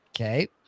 Okay